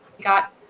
got